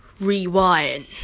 rewind